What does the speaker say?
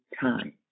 time